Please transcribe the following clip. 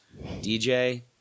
DJ